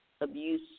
abuse